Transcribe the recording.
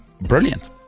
brilliant